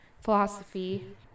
philosophy